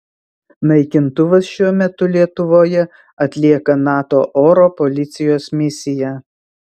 naikintuvas šiuo metu lietuvoje atlieka nato oro policijos misiją